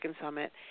Summit